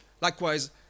likewise